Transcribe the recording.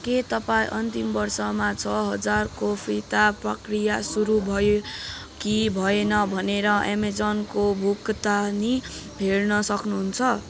के तपाईँ अन्तिम वर्षमा छ हजारको फिर्ता प्रक्रिया सुरु भयो कि भएन भनेर अमेजनको भुक्तानी हेर्न सक्नुहुन्छ